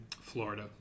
Florida